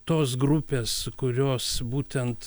tos grupės kurios būtent